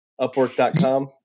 upwork.com